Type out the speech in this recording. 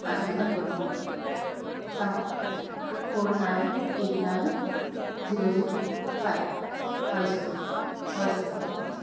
हा सर घेयात बरोवन घेया ओके ओके सांगो हा four nine eight nine zero zero five हय सर ओके हय सर हय होच